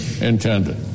intended